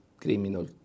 criminal